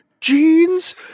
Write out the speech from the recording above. jeans